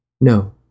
No